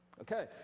Okay